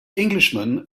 englishman